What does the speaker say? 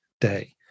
day